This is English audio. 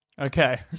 Okay